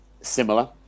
similar